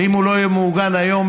ואם הוא לא יהיה מעוגן היום,